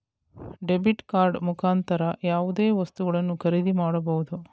debit card ಮುಖಾಂತರ ಯಾವುದೇ ವಸ್ತುಗಳನ್ನು ಖರೀದಿ ಮಾಡಬಹುದು